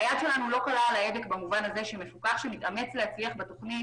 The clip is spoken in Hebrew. היד שלנו לא קלה על ההדק במובן הזה שמפוקח שמתאמץ להצליח בתכנית,